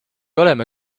oleme